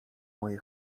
moje